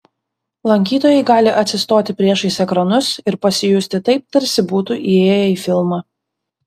lankytojai gali atsistoti priešais ekranus ir pasijusti taip tarsi būtų įėję į filmą